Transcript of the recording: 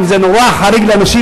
אם זה נורא חריג לאנשים,